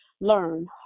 learn